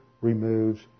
removes